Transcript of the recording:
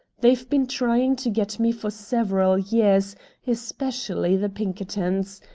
they've been trying to get me for several years especially the pinkertons.